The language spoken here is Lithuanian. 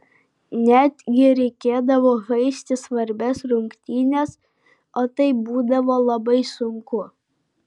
netgi reikėdavo žaisti svarbias rungtynes o tai būdavo labai sunku